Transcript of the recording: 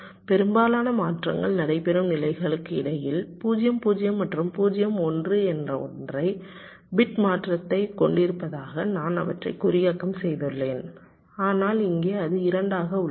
பெரும்பாலான மாற்றங்கள் நடைபெறும் நிலைகளுக்கு இடையில் 0 0 மற்றும் 0 1 என்ற ஒற்றை பிட் மாற்றத்தைக் கொண்டிருப்பதாக நான் அவற்றை குறியாக்கம் செய்துள்ளேன் ஆனால் இங்கே அது 2 ஆக உள்ளது